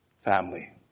family